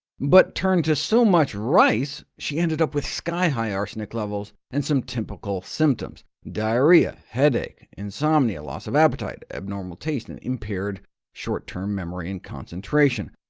but turned to so much rice she ended up with sky-high arsenic levels and some typical symptoms diarrhea, headache, insomnia, loss of appetite, abnormal taste, and impaired short-term memory and concentration.